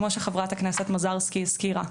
כמו שחברת הכנסת מזרסקי הזכירה,